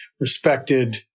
respected